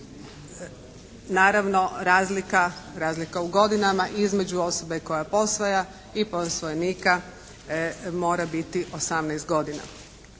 naravno razlika u godinama između osobe koja posvaja i posvojenika mora biti 18 godina.